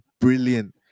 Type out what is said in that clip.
brilliant